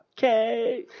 Okay